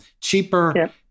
cheaper